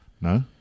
No